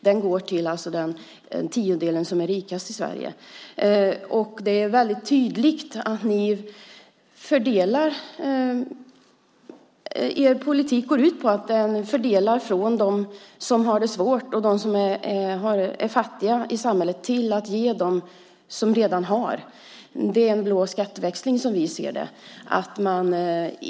Det är väldigt tydligt att er politik går ut på en fördelning som innebär att man tar från dem som har det svårt och som är fattiga i samhället och ger till dem som redan har. Det är, som vi ser det, en blå skatteväxling.